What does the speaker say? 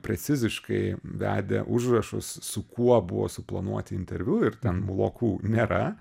preciziškai vedė užrašus su kuo buvo suplanuoti interviu ir ten blokų nėra